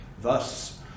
Thus